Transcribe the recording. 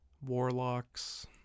warlocks